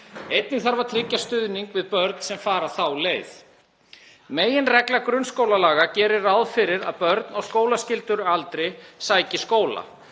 Einnig þarf að tryggja stuðning við börn sem fara þá leið. Meginregla grunnskólalaga gerir ráð fyrir að börn á skólaskyldualdri sæki skóla.